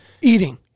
eating